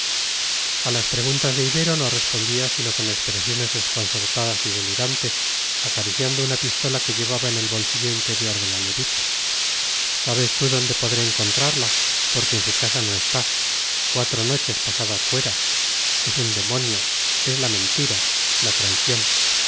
a las preguntas de ibero no respondía sino con expresiones desconcertadas y delirantes acariciando una pistola que llevaba en el bolsillo interior de la levita sabes tú dónde podré encontrarla porque en su casa no está cuatro noches pasadas fuera es un demonio es la mentira la traición